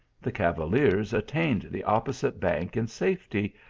the cavaliers at tained the opposite bank in safety,